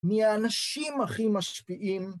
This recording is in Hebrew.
‫מהאנשים הכי משפיעים.